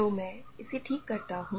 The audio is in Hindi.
तो मैं इसे ठीक करता हूं